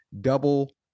Double